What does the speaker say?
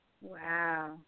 Wow